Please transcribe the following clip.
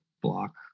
block